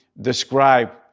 describe